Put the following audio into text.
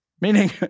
Meaning